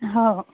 हो